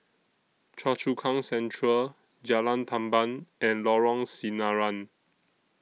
Choa Chu Kang Central Jalan Tamban and Lorong Sinaran